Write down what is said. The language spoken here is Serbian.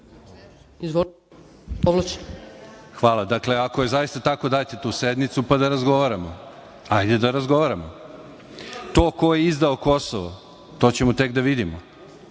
Marsenić** Hvala. Ako je zaista tako, dajte tu sednicu, pa da razgovaramo, hajde da razgovaramo. To ko je izdao Kosovo, to ćemo tek da vidimo.